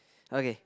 okay